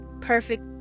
perfect